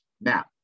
Now